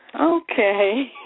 Okay